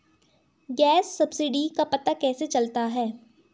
Gas subsidy का पता कैसे चलता है?